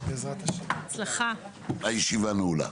הישיבה נעולה.